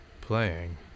playing